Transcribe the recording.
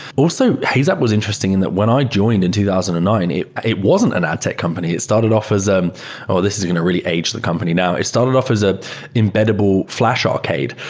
also, heyzap was interesting and that when i joined in two thousand and nine, it it wasn't an ad tech company. it started off as, um oh! this is going to really age the company now. it started off as an ah embeddable flash arcade.